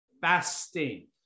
fasting